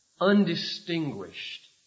undistinguished